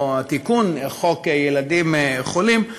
או תיקון חוק חינוך חינם לילדים חולים,